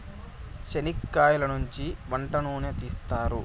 చనిక్కయలనుంచి వంట నూనెను తీస్తారు